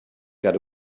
got